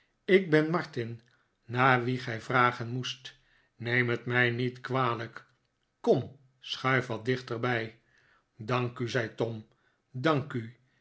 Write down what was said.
ik ben martin naar wien gij vragen moest neem het mij niet kwalijk kom schuif wat dichterbij dank u zei tom dank u